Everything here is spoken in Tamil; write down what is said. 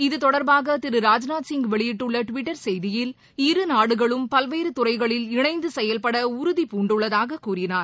இத்தொடர்பாக திரு ராஜ்நாத் சிங் வெளியிட்டுள்ள டுவிட்டர் செய்தியில் இருநாடுகளும் பல்வேறு துறைகளில் இணைந்து செயல்பட உறுதிபூண்டுள்ளதாக கூறினார்